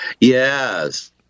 Yes